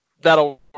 that'll